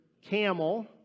camel